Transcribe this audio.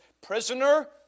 prisoner